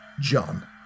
John